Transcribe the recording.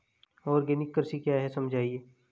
Organic कृषि क्या है समझाइए?